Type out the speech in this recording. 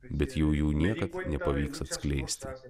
bet jų jau niekad nepavyks atskleisti